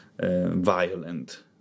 violent